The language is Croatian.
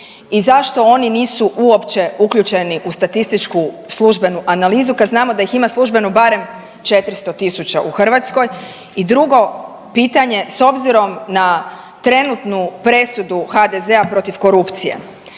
i zašto oni nisu uopće uključeni u statističku službenu analizu kad znamo da ih ima službeno barem 400.000 u Hrvatskoj? I drugo pitanje, s obzirom na trenutnu presudu HDZ-a protiv korupcije